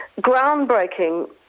groundbreaking